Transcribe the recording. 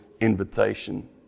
invitation